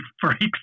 freaks